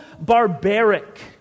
barbaric